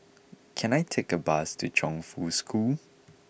can I take a bus to Chongfu School